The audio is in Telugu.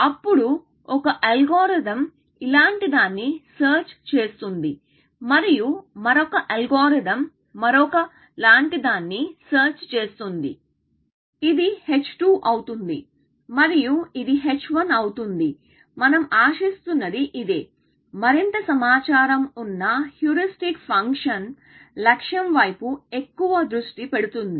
అప్పుడు ఒక అల్గోరిథం ఇలాంటిదాన్ని సెర్చ్ చేస్తుంది మరియు మరొక అల్గోరిథం మరొక లాంటిదాన్ని సెర్చ్ చేస్తుంది ఇది h2 అవుతుంది మరియు ఇది h1 అవుతుంది మనం ఆశిస్తున్నది ఇదే మరింత సమాచారం ఉన్న హ్యూరిస్టిక్ ఫంక్షన్ లక్ష్యం వైపు ఎక్కువ దృష్టి పెడుతుంది